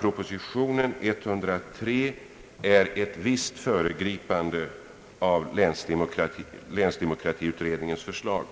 Proposition nr 103 innebär ett visst föregripande av länsdemokratiutredningens förslag.